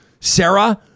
Sarah